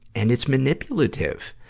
and it's manipulative.